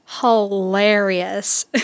hilarious